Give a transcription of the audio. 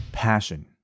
passion